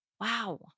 Wow